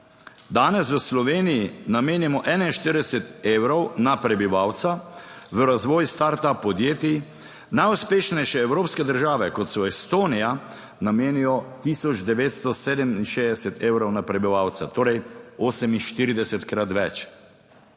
"Danes v Sloveniji namenimo 41 evrov na prebivalca v razvoj start up podjetij. Najuspešnejše evropske države kot so Estonija, namenijo tisoč 967 evrov na prebivalca, torej 48-krat več.